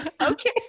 okay